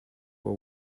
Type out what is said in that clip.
war